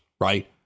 right